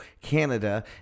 Canada